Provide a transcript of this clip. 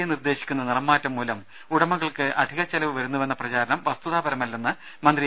A നിർദേശിക്കുന്ന നിറംമാറ്റം മൂലം ഉടമ കൾക്ക് അധിക ചെലവ് വരുന്നുവെന്ന പ്രചാരണം വസ്തുതാപരമ ല്ലെന്ന് മന്ത്രി എ